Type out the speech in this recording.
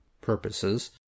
purposes